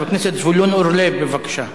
חבר הכנסת זבולון אורלב, בבקשה.